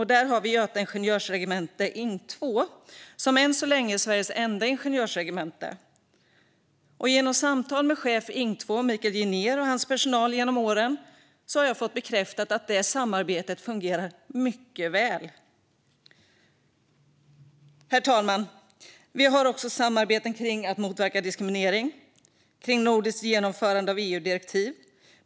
Där har vi Göta ingenjörregemente, Ing 2, som än så länge är Sveriges enda ingenjörregemente. Genom samtal med chefen för Ing 2, Michael Ginér, och hans personal genom åren har jag fått bekräftat att det samarbetet fungerar mycket väl. Herr talman! Vi har samarbeten kring att motverka diskriminering och kring nordiskt genomförande av EU-direktiv.